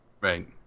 Right